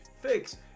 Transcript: fix